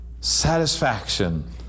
satisfaction